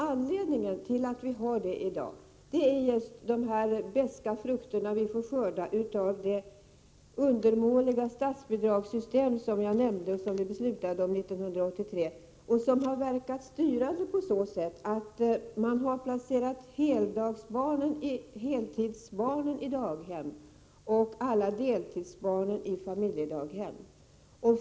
Anledningen till att vi har det så i dag är ett resultat av de beska frukterna vi får skörda efter ett undermåligt statsbidragssystem som beslutades 1983. Det har verkat styrande på så sätt att heltidsbarnen har placerats i daghem och alla deltidsbarn i familjedaghem.